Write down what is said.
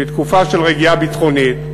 שהיא תקופה של רגיעה ביטחונית,